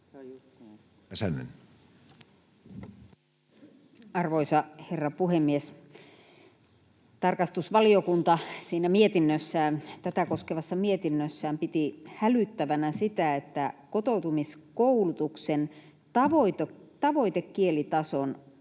Arvoisa herra puhemies! Tarkastusvaliokunta tätä koskevassa mietinnössään piti hälyttävänä sitä, että kotoutumiskoulutuksen tavoitekielitason